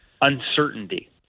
uncertainty